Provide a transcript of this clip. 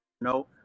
No